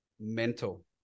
mental